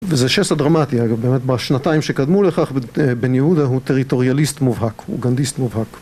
וזה שסע דרמטי אגב, באמת בשנתיים שקדמו לכך בן יהודה הוא טריטוריאליסט מובהק, הוא גנדיסט מובהק